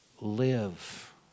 Live